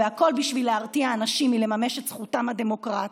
והכול בשביל להרתיע אנשים מלממש את זכותם הדמוקרטית.